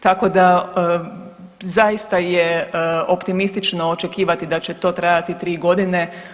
Tako da zaista je optimistično očekivati da će to trajati 3.g.